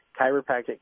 chiropractic